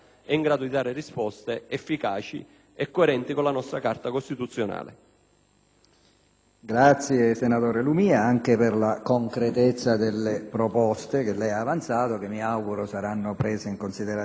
ringrazio, senatore Lumia, anche per la concretezza delle proposte che ha avanzato e che mi auguro saranno prese in considerazione dal relatore e dall'Assemblea.